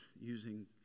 using